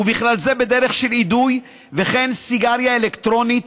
ובכלל זה בדרך של אידוי, וכן סיגריה אלקטרונית,